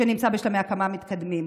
שנמצא בשלבי הקמה מתקדמים.